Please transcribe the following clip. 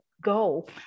go